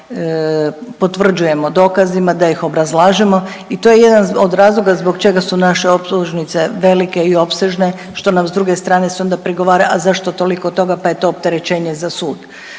potvrđujemo dokazima, da ih obrazlažemo i to je jedan od razloga zbog čega su naše optužnice velike i opsežne što nam s druge strane se onda prigovara, a zašto toliko toga pa je to opterećenje za sud.